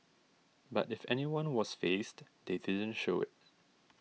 but if anyone was fazed they didn't show it